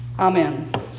Amen